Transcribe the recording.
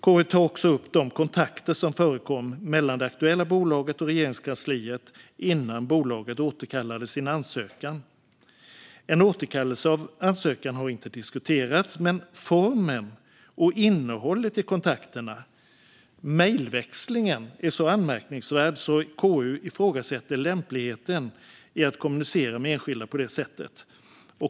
KU tar också upp de kontakter som förekom mellan det aktuella bolaget och Regeringskansliet innan bolaget återkallade sin ansökan. En återkallelse av ansökan har inte diskuterats, men formen och innehållet i kontakterna och mejlväxlingen är så anmärkningsvärda att KU ifrågasätter lämpligheten i att kommunicera med enskilda på det sättet.